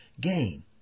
gain